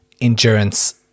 endurance